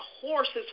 horses